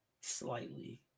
slightly